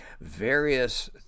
various